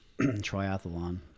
triathlon